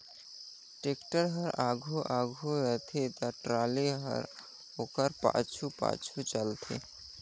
tractor हर आघु आघु रहथे ता टराली हर ओकर पाछू पाछु चलथे